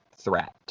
threat